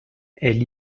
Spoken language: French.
elle